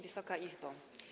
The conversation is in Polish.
Wysoka Izbo!